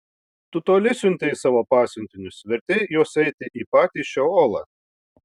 tu toli siuntei savo pasiuntinius vertei juos eiti į patį šeolą